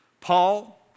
Paul